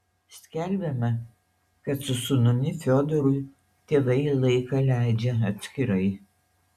skelbiama kad su sūnumi fiodoru tėvai laiką leidžia atskirai